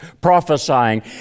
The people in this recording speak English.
prophesying